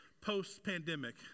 post-pandemic